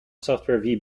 software